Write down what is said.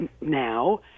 now